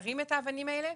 נרים את האבנים האלה,